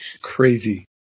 crazy